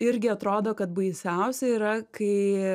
irgi atrodo kad baisiausia yra kai